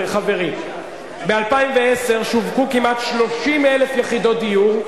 חברים: ב-2010 שווקו כמעט 30,000 יחידות דיור.